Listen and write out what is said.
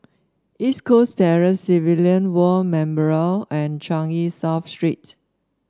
East Coast Terrace Civilian War Memorial and Changi South Street